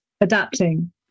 adapting